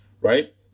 right